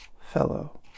fellow